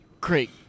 Great